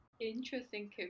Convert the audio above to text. Interesting